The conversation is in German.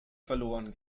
verloren